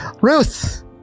Ruth